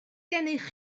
gennych